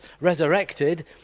resurrected